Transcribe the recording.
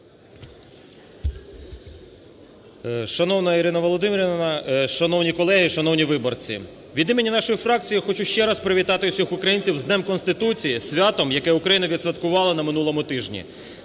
Шановний Ірина Володимирівна! Шановні колеги! Шановні виборці! Від імені нашої фракції я хочу ще раз привітати всіх українців з Днем Конституції – святом, яке Україна відсвяткувала на минулому тижні.